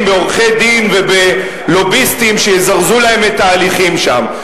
עם עורכי-דין ולוביסטים שיזרזו להם את ההליכים שם.